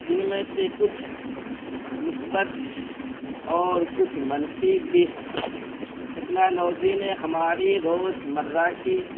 جن میں سے کچھ مثبت اور کچھ منفی بھی ہیں ٹیکنالوجی نے ہماری روزمرہ کی